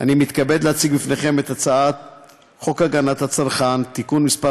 אני מתכבד להציג לפניכם את הצעת חוק הגנת הצרכן (תיקון מס'